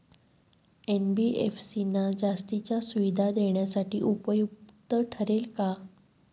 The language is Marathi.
एन.बी.एफ.सी ना जास्तीच्या सुविधा देण्यासाठी उपयुक्त ठरेल का?